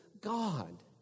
God